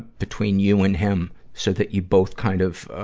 between you and him so that you both kind of,